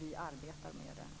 Vi arbetar med det.